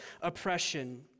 oppression